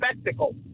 spectacle